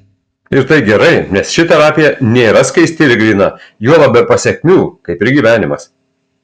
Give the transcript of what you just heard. ir tai gerai nes ši terapija nėra skaisti ir gryna juolab be pasekmių kaip ir gyvenimas